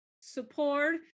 support